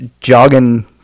jogging